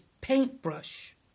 paintbrush